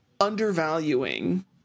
undervaluing